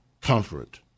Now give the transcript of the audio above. comfort